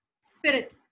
spirit